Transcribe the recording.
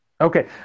Okay